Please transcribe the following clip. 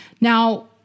Now